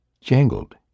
jangled